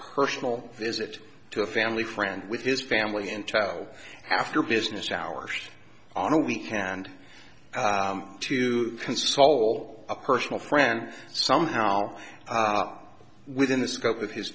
personal visit to a family friend with his family in tow after business hours on a weekend to console a personal friend somehow within the scope of his